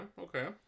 okay